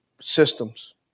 systems